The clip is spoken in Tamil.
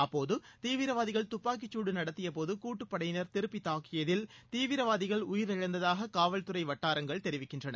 அப்போது தீவிரவாதிகள் துப்பாக்கிச்சூடு நடத்தியபோது கூட்டுப்படையினர் திருப்பி தாக்கியதில் தீவிரவாதிகள் உயிரிழந்ததாக காவல்துறை வட்டாரங்கள் தெரிவிக்கின்றன